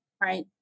right